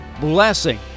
blessing